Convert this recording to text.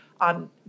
on